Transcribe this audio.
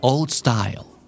Old-style